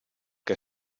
que